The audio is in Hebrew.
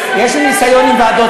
ועדת